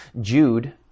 Jude